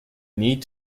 need